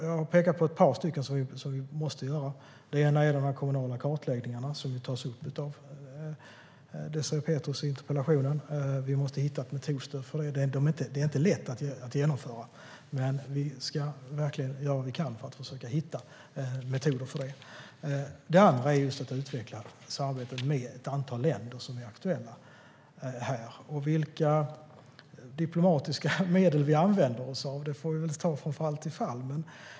Jag har pekat på ett par saker som vi måste göra. Det ena gäller de kommunala kartläggningarna, som tas upp av Désirée Pethrus i interpellationen. Vi måste hitta ett metodstöd för dem. Det är inte lätt att genomföra, men vi ska verkligen göra vad vi kan för att försöka hitta metoder för detta. Det andra handlar just om att utveckla samarbetet med ett antal länder som är aktuella. Vilka diplomatiska medel vi använder oss av får vi ta från fall till fall.